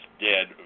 dead